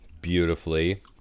beautifully